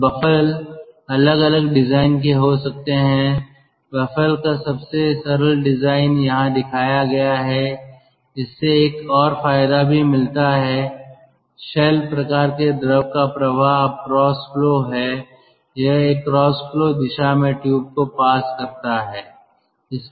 तो बफ़ल अलग अलग डिज़ाइन के हो सकते हैं बफ़ल का सबसे सरल डिज़ाइन यहाँ दिखाया गया है इससे एक और फायदा भी मिलता है शेल प्रकार के द्रव का प्रवाह अब क्रॉस फ्लो है यह एक क्रॉस फ्लो दिशा में ट्यूब को पास करता है